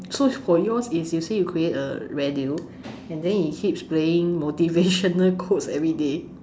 so for yours is you say you create a radio and then it keeps playing motivational quotes everyday